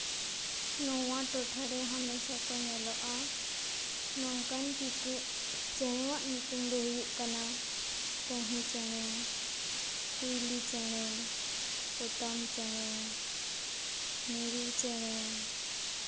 ᱱᱚᱣᱟ ᱴᱚᱴᱷᱟ ᱨᱮᱦᱚᱸ ᱢᱮᱥᱟ ᱠᱚ ᱧᱮᱞᱚᱜᱼᱟ ᱱᱚᱝᱠᱟᱱ ᱠᱤᱪᱷᱩ ᱪᱮᱬᱮᱣᱟᱜ ᱧᱩᱛᱩᱢ ᱫᱚ ᱦᱩᱭᱩᱜ ᱠᱟᱱᱟ ᱠᱟᱹᱦᱩ ᱪᱮᱬᱮ ᱠᱩᱭᱞᱤ ᱪᱮᱬᱮ ᱯᱚᱛᱟᱢ ᱪᱮᱬᱮ ᱢᱤᱨᱩ ᱪᱮᱬᱮ